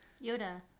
Yoda